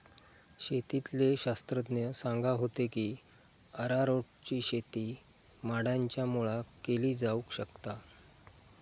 शेतीतले शास्त्रज्ञ सांगा होते की अरारोटची शेती माडांच्या मुळाक केली जावक शकता